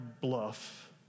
bluff